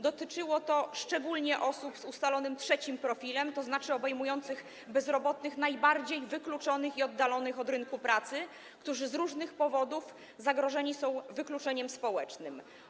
Dotyczyło to szczególnie osób z ustalonym III profilem, tzn. obejmującym bezrobotnych najbardziej wykluczonych i oddalonych od rynku pracy, którzy z różnych powodów zagrożeni są wykluczeniem społecznym.